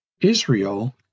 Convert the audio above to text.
Israel